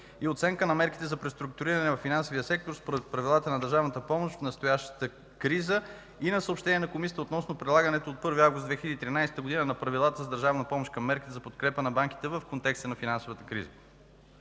оценка на мерките за преструктуриране във финансовия сектор според Правилата на държавната помощ в настоящата криза и на съобщение на Комисията относно прилагането от 1 август 2013 г. на Правилата за държавна помощ към мерките за подкрепа на банките в контекста на финансовата криза.